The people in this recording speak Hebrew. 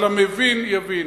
אבל המבין יבין.